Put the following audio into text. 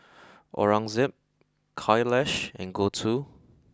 Aurangzeb Kailash and Gouthu